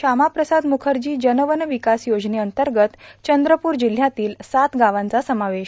शामाप्रसाद मुखर्जा जन वन विकास योजनेअंतगत चंद्रपूर जिल्हयातील सात गावांचा समावेश